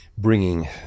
bringing